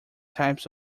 types